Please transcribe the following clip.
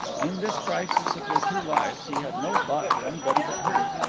in this crisis of their two lives he had no thought for anybody but her.